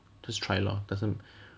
just try lor doesn't